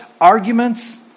arguments